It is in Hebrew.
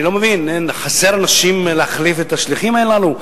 אני לא מבין, חסרים אנשים להחליף את השליחים הללו?